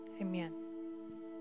Amen